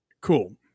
Cool